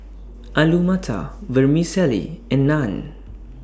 Alu Matar Vermicelli and Naan